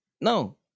No